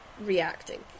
reacting